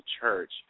church